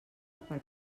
per